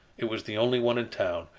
it was the only one in town,